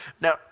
Now